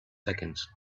seconds